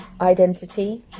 identity